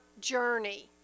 journey